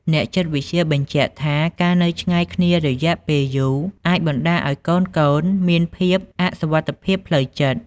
អ្នកចិត្តវិទ្យាបញ្ជាក់ថា ការនៅឆ្ងាយគ្នារយៈពេលយូរអាចបណ្តាលឲ្យកូនៗមានភាពអសុវត្ថិភាពផ្លូវចិត្ត។